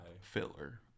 Filler